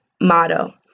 motto